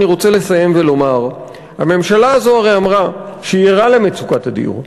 אני רוצה לסיים ולומר: הרי הממשלה הזאת אמרה שהיא ערה למצוקת הדיור,